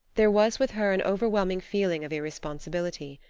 there was with her an overwhelming feeling of irresponsibility.